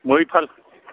मैफोर